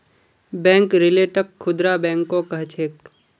bank रिटेलक खुदरा बैंको कह छेक